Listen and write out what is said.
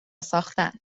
ساختن